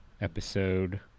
episode